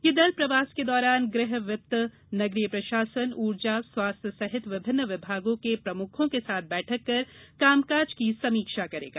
यह दल प्रवास के दौरान गृह वित्त नगरीय प्रशासन ऊर्जा स्वास्थ्य सहित विभिन्न विभागों के प्रमुखों के साथ बैठक कर कामकाज की समीक्षा करेगा